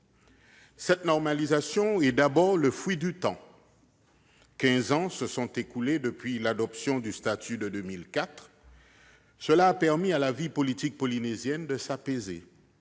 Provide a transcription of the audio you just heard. Cette normalisation est d'abord le fruit du temps : quinze ans se sont écoulés depuis l'adoption du statut de 2004. Cela a permis à la vie politique polynésienne de s'apaiser,